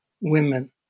women